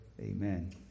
Amen